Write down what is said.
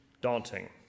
daunting